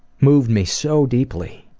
moved me so deeply.